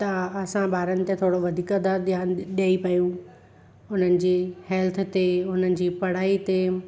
त असां ॿारनि ते थोरो वधीक था ध्यानु ॾेई पायूं हुननि जी हेल्थ ते हुननि जी पढ़ाई ते